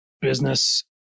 Business